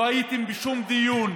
לא הייתם בשום דיון.